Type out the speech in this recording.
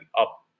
up –